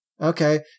okay